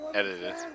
edited